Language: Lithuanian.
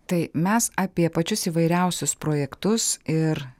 tai mes apie pačius įvairiausius projektus ir